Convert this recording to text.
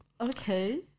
okay